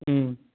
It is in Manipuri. ꯎꯝ